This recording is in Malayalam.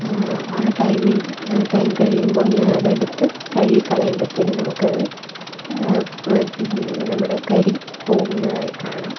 ആ ടൈമില് ആ ടൈം കഴിയുമ്പോൾ ഞാന് അത് എടുത്ത് കഴുകി കളയുമ്പത്തേനും നമുക്കത് നമ്മുടെ കരി പോകുന്നതായി കാണാം